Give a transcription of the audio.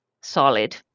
solid